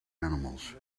animals